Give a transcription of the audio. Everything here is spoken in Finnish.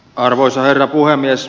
arvoisa herra puhemies